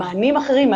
מענים אחרים,